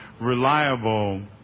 reliable